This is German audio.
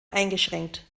eingeschränkt